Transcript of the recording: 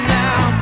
now